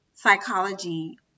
psychology